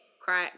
cry